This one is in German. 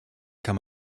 kann